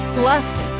blessed